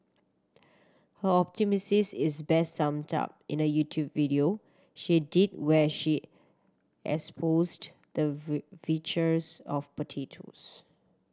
her misses is best summed up in a YouTube video she did where she espoused the virtues of potatoes